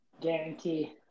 Guarantee